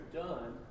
done